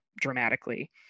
dramatically